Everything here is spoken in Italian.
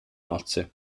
nozze